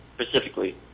specifically